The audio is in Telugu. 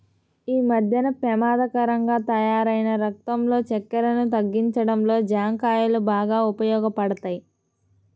యీ మద్దెన పెమాదకరంగా తయ్యారైన రక్తంలో చక్కెరను తగ్గించడంలో జాంకాయలు బాగా ఉపయోగపడతయ్